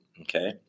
Okay